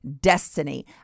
destiny